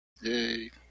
Yay